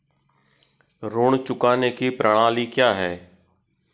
ऋण चुकाने की प्रणाली क्या है?